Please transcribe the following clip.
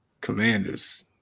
Commanders